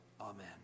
Amen